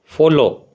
follow